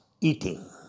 eating